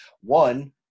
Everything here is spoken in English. one